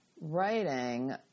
writing